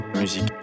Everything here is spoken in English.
musique